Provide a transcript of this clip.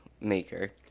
maker